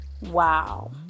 wow